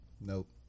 Nope